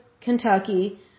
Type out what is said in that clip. Kentucky